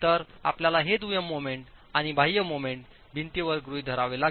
तरआपल्याला हे दुय्यम मोमेंट आणि बाह्य मोमेंट भिंतीवर गृहीत धरावे लागेल